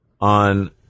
on